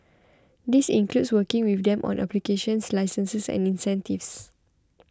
this includes working with them on applications licenses and incentives